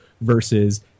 versus